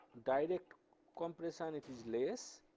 direct compression, it is less